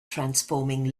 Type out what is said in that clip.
transforming